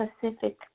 Pacific